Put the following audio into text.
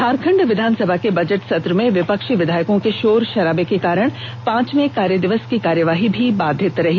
झारखंड विधानसभा के बजट सत्र में विपक्षी विधायकों के शोर षराबे के कारण पांचवें कार्यदिवस की कार्यवाही भी बाधित रही